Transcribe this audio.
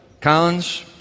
Collins